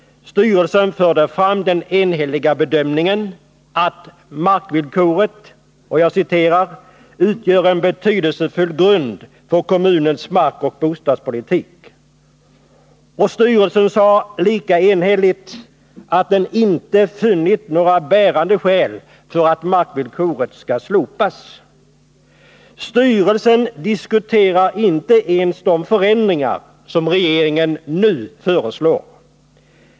Styrelsen förde fram den enhälliga bedömningen att ”markvillkoret utgör en betydelsefull grund för kommunens markoch bostadspolitik”. Styrelsen uttalade lika enhälligt att den ”inte funnit några bärande skäl för att markvillkoret skall slopas”. Styrelsen diskuterar inte ens de förändringar som regeringen nu föreslår.